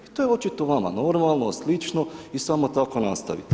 I to je očito vama normalno, slično i samo tako nastavite.